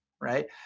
Right